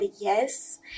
yes